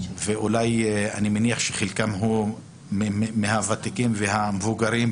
ואני מניח שחלקם מהוותיקים והמבוגרים,